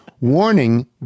warning